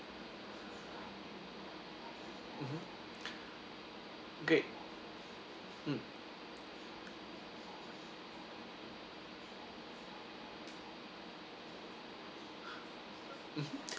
mmhmm okay mm mmhmm